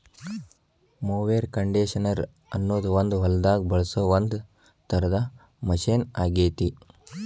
mower conditioner ಅನ್ನೋದು ಹೊಲದಾಗ ಬಳಸೋ ಒಂದ್ ತರದ ಮಷೇನ್ ಆಗೇತಿ